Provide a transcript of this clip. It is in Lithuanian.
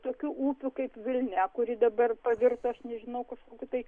tokių upių kaip vilnia kuri dabar pavirto aš nežinau kažkokiu tai